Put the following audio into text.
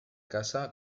casa